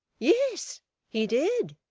yes he did.